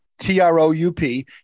T-R-O-U-P